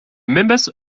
members